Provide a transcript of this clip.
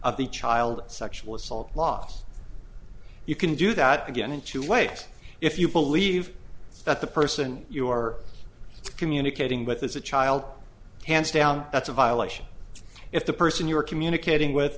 of the child sexual assault laws you can do that again in two ways if you believe that the person you are communicating with is a child hands down that's a violation if the person you are communicating with